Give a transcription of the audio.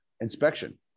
inspection